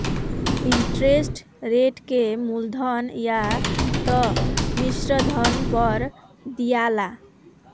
interest rate के मूलधन या त मिश्रधन पर दियाला